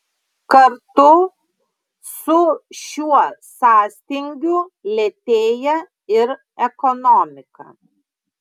kartu su šiuo sąstingiu lėtėja ir ekonomika